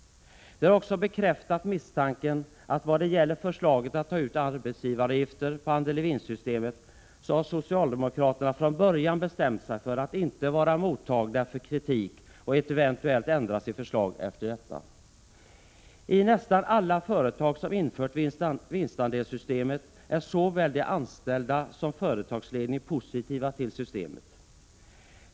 Det har också bekräftat misstanken att vad det gäller förslaget att ta ut arbetsgivaravgifter på andel-i-vinst-systemet, har socialdemokraterna från början bestämt sig för att inte vara mottagliga | för kritik och eventuellt ändra sitt förslag efter denna. I nästan alla företag som infört vinstandelssystemet är såväl de anställda | som företagsledning positiva till systemet.